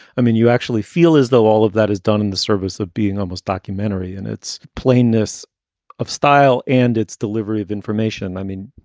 i mean, you actually feel as though all of that is done in the service of being almost documentary and it's plainness of style and it's delivery of information. i mean,